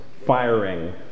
firing